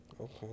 Okay